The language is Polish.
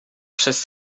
przez